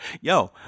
Yo